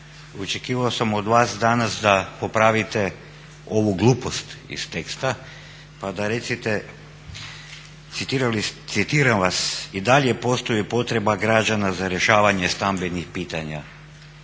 Očekivao sam od vas danas da popravite ovu glupost iz teksta pa da recite, citiram vas: "i dalje postoji potreba građanima za rješavanjem stambenih pitanja".